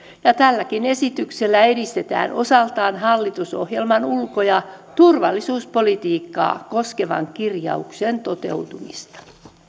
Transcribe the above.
ja tälläkin esityksellä edistetään osaltaan hallitusohjelman ulko ja turvallisuuspolitiikkaa koskevan kirjauksen toteutumista